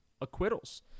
acquittals